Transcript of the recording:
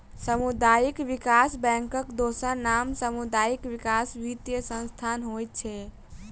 सामुदायिक विकास बैंकक दोसर नाम सामुदायिक विकास वित्तीय संस्थान होइत छै